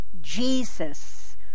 Jesus